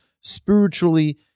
spiritually